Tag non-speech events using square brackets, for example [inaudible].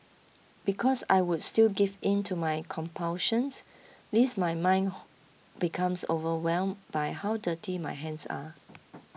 because I would still give in to my compulsions lest my mind [hesitation] becomes overwhelmed by how dirty my hands are